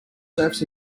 surfs